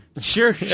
Sure